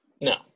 No